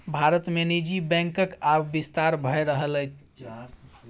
भारत मे निजी बैंकक आब बिस्तार भए रहलैए